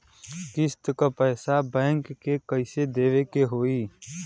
किस्त क पैसा बैंक के कइसे देवे के होई?